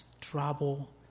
trouble